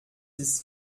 ist